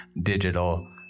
digital